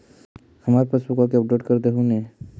हमार पासबुकवा के अपडेट कर देहु ने?